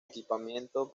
equipamiento